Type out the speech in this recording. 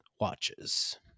watches